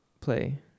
play